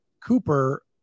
Cooper